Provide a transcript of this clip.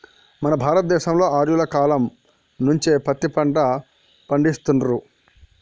మన భారత దేశంలో ఆర్యుల కాలం నుంచే పత్తి పంట పండిత్తుర్రు